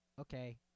Okay